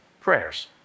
prayers